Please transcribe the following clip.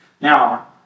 Now